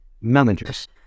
managers